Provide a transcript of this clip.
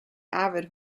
avid